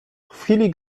chwili